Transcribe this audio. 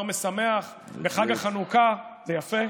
זה דבר משמח לחג החנוכה, זה יפה.